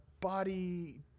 body